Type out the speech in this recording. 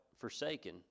forsaken